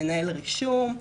לנהל רישום,